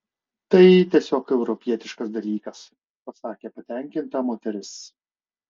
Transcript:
tai tiesiog europietiškas dalykas pasakė patenkinta moteris